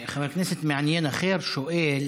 חבר כנסת מעניין אחר שואל